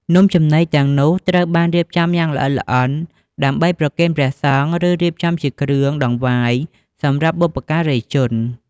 នំចំណីទាំងនោះត្រូវបានរៀបចំយ៉ាងល្អិតល្អន់ដើម្បី ប្រគេនព្រះសង្ឃ ឬរៀបចំជាគ្រឿងដង្វាយសម្រាប់បុព្វការីជន។